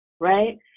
right